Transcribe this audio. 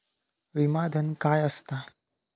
विमा धन काय असता?